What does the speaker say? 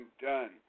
done